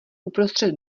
uprostřed